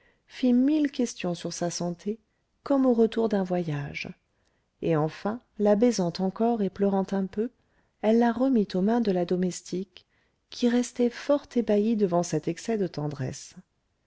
fit mille questions sur sa santé comme au retour d'un voyage et enfin la baisant encore et pleurant un peu elle la remit aux mains de la domestique qui restait fort ébahie devant cet excès de tendresse